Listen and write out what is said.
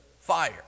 fire